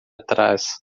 trás